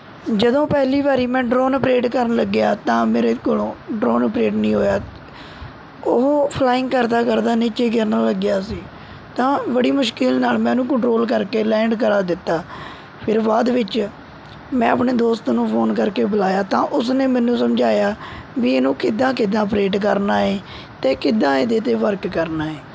ਜਦੋਂ ਪਹਿਲੀ ਵਾਰੀ ਮੈਂ ਡਰੋਨ ਔਪਰੇਟ ਕਰਨ ਲੱਗਿਆ ਤਾਂ ਮੇਰੇ ਕੋਲੋਂ ਡਰੋਨ ਔਪਰੇਟ ਨਹੀਂ ਹੋਇਆ ਉਹ ਫਲਾਇੰਗ ਕਰਦਾ ਕਰਦਾ ਨੀਚੇ ਗਿਰਨ ਲੱਗਿਆ ਸੀ ਤਾਂ ਬੜੀ ਮੁਸ਼ਕਲ ਨਾਲ ਮੈਂ ਉਹਨੂੰ ਕੰਟਰੋਲ ਕਰਕੇ ਲੈਂਡ ਕਰਾ ਦਿੱਤਾ ਫੇਰ ਬਾਅਦ ਵਿੱਚ ਮੈਂ ਆਪਣੇ ਦੋਸਤ ਨੂੰ ਫ਼ੋਨ ਕਰਕੇ ਬੁਲਾਇਆ ਤਾਂ ਉਸਨੇ ਮੈਨੂੰ ਸਮਝਾਇਆ ਵੀ ਇਹਨੂੰ ਕਿੱਦਾਂ ਕਿੱਦਾਂ ਅਪਰੇਟ ਕਰਨਾ ਹੈ ਅਤੇ ਕਿੱਦਾਂ ਇਹਦੇ 'ਤੇ ਵਰਕ ਕਰਨਾ ਹੈ